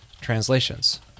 translations